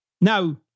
Now